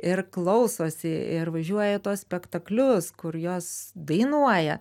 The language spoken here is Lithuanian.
ir klausosi ir važiuoja į tuos spektaklius kur jos dainuoja